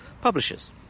publishers